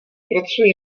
pracuji